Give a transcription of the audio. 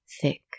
Thick